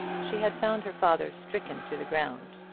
she had found her father stricken to the ground,